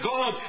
God